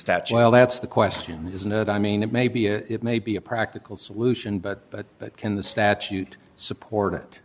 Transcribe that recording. statue well that's the question isn't it i mean it may be a it may be a practical solution but but but can the statute support it